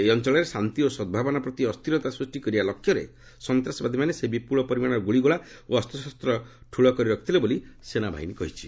ସେହି ଅଞ୍ଚଳରେ ଶାନ୍ତି ଓ ସଦ୍ଭାବନା ପ୍ରତି ଅସ୍ଥିରତା ସୃଷ୍ଟି କରିବା ଲକ୍ଷ୍ୟରେ ସନ୍ତାସବାଦୀମାନେ ସେହି ବିପୁଳ ପରିମାଣର ଗୁଳିଗୋଳା ଓ ଅସ୍ତ୍ରଶସ୍ତ ଠୁଳ କରି ରଖିଥିଲେ ବୋଲି ସେନାବାହିନୀ କହିଛି